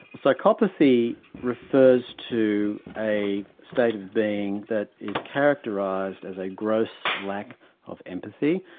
psychopathy refers to a state of being that is characterised as a gross lack of empathy.